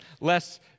less